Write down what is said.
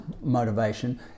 motivation